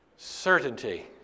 certainty